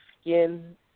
skin